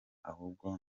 ahubwo